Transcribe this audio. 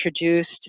introduced